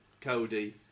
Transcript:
Cody